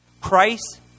Christ